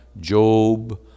Job